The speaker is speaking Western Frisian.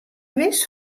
wist